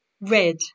Red